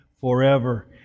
forever